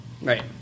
Right